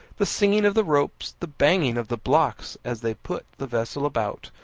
the singing of the ropes, the banging of the blocks as they put the vessel about,